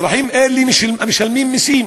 אזרחים אלה משלמים מסים,